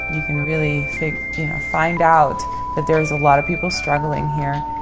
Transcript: you can really yeah find out that there is a lot of people struggling here.